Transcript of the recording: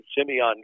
Simeon